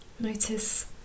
Notice